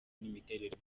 n’imiterere